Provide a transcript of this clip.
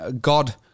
God